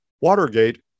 Watergate